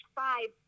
five